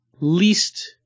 least